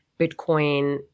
Bitcoin